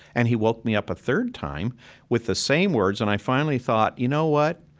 and he woke me up a third time with the same words. and i finally thought, you know what?